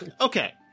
Okay